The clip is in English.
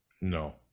No